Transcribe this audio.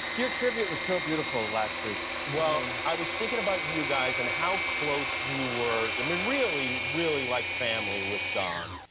your tribute was so beautiful last week well, i was thinking about you guys, and how close you were, i mean really, really like family with don.